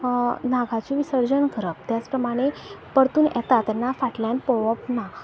नागाचे विसर्जन करप त्याच प्रमाणे परतून येता तेन्ना फाटल्यान पळोवप ना